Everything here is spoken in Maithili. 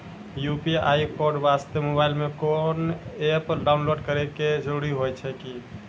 यु.पी.आई कोड वास्ते मोबाइल मे कोय एप्प डाउनलोड करे के जरूरी होय छै की?